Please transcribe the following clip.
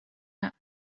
that